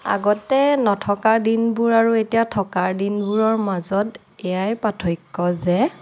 আগতে নথকা দিনবোৰ আৰু এতিয়া থকাৰ দিনবোৰৰ মাজত এয়াই পাৰ্থক্য যে